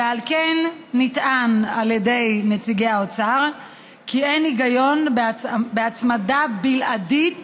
ועל כן נטען על ידי נציגי האוצר כי אין היגיון בהצמדה בלעדית